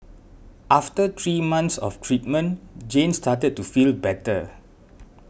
after three months of treatment Jane started to feel better